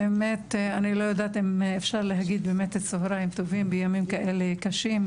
האמת אני לא יודעת אם אפשר להגיד באמת צוהריים טובים בימים כאלה קשים,